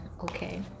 okay